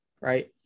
right